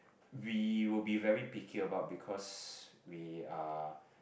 we will be very picky about because we are